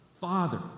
Father